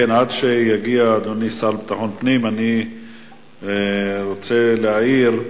עד שיגיע השר לביטחון פנים אני רוצה להעיר,